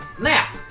Now